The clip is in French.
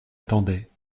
attendait